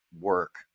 work